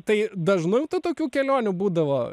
tai dažnai tokių kelionių būdavo